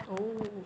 oh